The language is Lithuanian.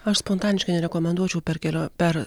aš spontaniškai nerekomenduočiau per kelio per